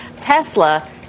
Tesla